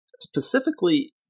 specifically